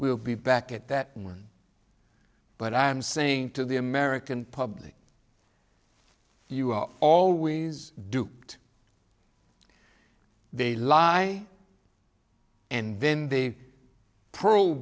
we'll be back at that one but i am saying to the american public you are always duped they lie and when